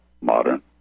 modern